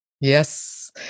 Yes